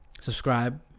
Subscribe